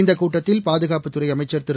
இந்தக் கூட்டத்தில் பாதுகாப்புத் துறை அமைச்சர் திரு